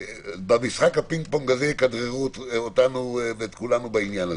במשחק הפינג פונג הזה יכדררו אותנו ואת כולנו בעניין הזה.